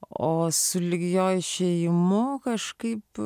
o sulig jo išėjimo kažkaip